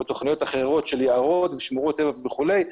או תכניות אחרות של יערות ושמורות טבע וכולי.